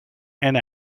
and